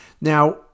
Now